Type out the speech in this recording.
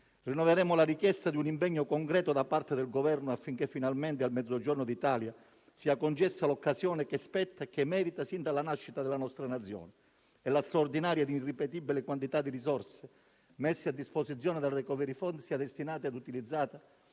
rinnoveremo la richiesta di un impegno concreto da parte del Governo affinché finalmente al Mezzogiorno d'Italia sia concessa l'occasione che merita sin dalla nascita della nostra Nazione, e la straordinaria e irripetibile quantità di risorse messa a disposizione dal *recovery fund* sia destinata e utilizzata